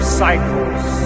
cycles